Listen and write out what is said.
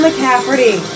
McCafferty